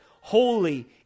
Holy